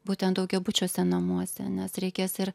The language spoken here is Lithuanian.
būtent daugiabučiuose namuose nes reikės ir